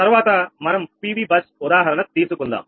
తర్వాత మనం PV bus ఉదాహరణ తీసుకుందాం